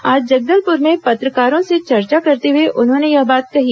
आज जगदलपुर में पत्रकारों से चर्चा करते हुए उन्होंने यह बात कही